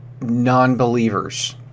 non-believers